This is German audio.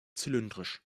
zylindrisch